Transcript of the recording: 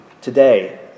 today